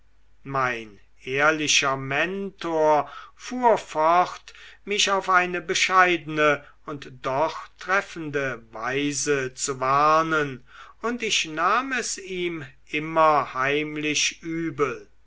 mein ehrlicher mentor fuhr fort mich auf eine bescheidene und doch treffende weise zu warnen und ich nahm es ihm immer heimlich übel